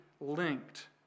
linked